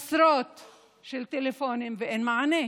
עשרות טלפונים, ואין מענה.